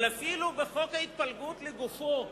אבל אפילו בחוק ההתפלגות לגופו,